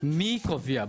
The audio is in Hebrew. מי קובע?